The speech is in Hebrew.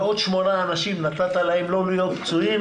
ועוד שמונה אנשים נתת להם לא להיות פצועים